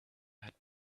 had